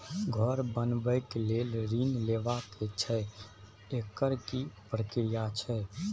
घर बनबै के लेल ऋण लेबा के छै एकर की प्रक्रिया छै?